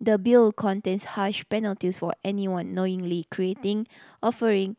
the Bill contains harsh penalties for anyone knowingly creating offering